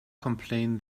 complain